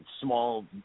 small